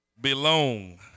Belong